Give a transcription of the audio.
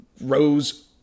Rose